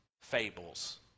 fables